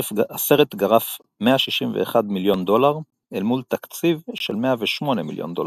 הסרט גרף 161 מיליון דולר אל מול תקציב של 108 מיליון דולרים.